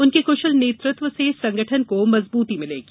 उनके कृशल नेतृत्व से संगठन को मजबूती मिलेगी